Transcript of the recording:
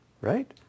Right